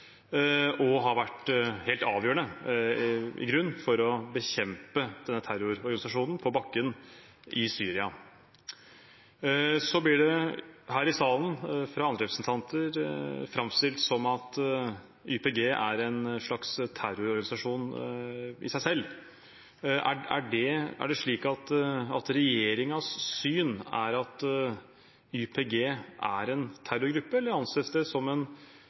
i grunnen vært helt avgjørende for å bekjempe denne terrororganisasjonen på bakken i Syria. Så blir det her i salen fra andre representanter framstilt som om YPG er en slags terrororganisasjon i seg selv. Er det slik at regjeringens syn er at YPG er en terrorgruppe, eller anses de som en